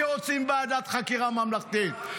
שרוצים ועדת חקירה ממלכתית.